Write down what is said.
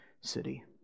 city